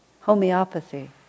homeopathy